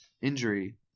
injury